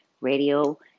Radio